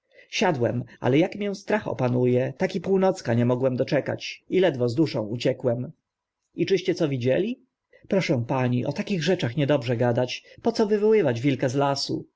siadłem ale ak mię strach opanu e tak i północka nie mogłem doczekać i ledwo z duszą uciekłem i czyście co widzieli proszę pani o takich rzeczach niedobrze gadać po co wywoływać wilka z lasu